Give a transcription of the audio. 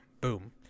Boom